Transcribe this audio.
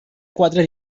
quatre